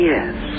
Yes